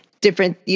different